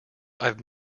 i’ve